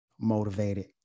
motivated